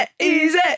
Easy